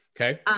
okay